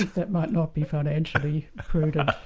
that might not be financially prudent,